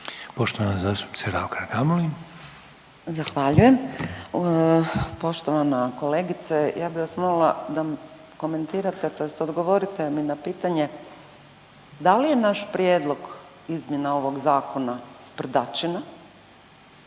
Urša (Možemo!)** Zahvaljujem. Poštovana kolegice, ja bi vas molila da komentirate tj. odgovorite mi na pitanje da li je naš prijedlog izmjena ovog zakona sprdačina